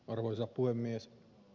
arvoisa puhemies